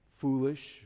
foolish